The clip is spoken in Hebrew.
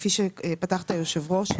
כפי שפתחת היושב-ראש,